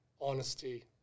honesty